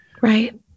Right